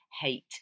hate